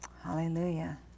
Hallelujah